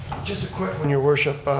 just a quick one, your worship.